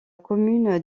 commune